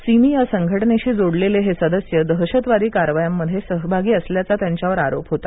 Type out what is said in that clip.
सिमी या संघटनेशी जोडलेले हे सदस्य दहशतवादी कारवायांमध्ये सहभागी असल्याचा त्याच्यावर आरोप होता